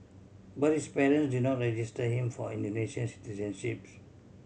but his parents did not register him for Indonesian